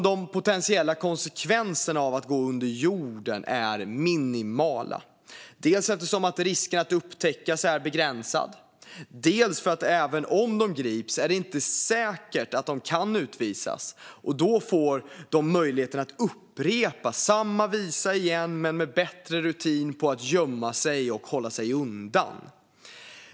De potentiella konsekvenserna av att gå under jorden är minimala, dels eftersom risken att upptäckas är begränsad, dels för att det även om de grips inte är säkert att de kan utvisas. Då får de också möjligheten att upprepa samma visa igen med bättre rutin på att gömma sig och hålla sig undan.